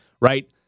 right